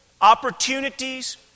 opportunities